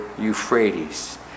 euphrates